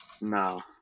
No